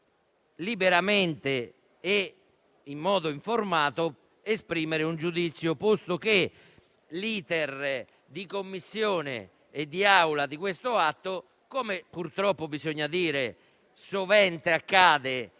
liberamente e in modo informato esprimere un giudizio, posto che l'*iter* di Commissione e di Assemblea di questo atto - come purtroppo sovente accade